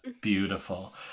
beautiful